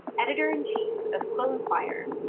editor and chief of quill and choir.